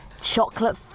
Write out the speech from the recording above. chocolate